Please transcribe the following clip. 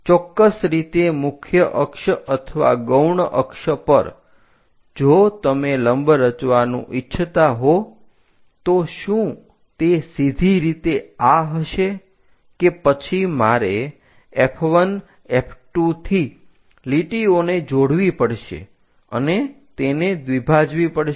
ચોક્કસ રીતે મુખ્ય અક્ષ અથવા ગૌણ અક્ષ પર જો તમે લંબ રચવાનું ઇચ્છતા હો તો શું તે સીધી રીતે આ હશે કે પછી મારે F1 F2 થી લીટીઓને જોડવી પડશે અને તેને દ્વિભાજવી પડશે